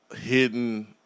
hidden